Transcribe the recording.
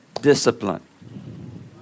discipline